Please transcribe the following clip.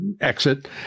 exit